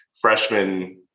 freshman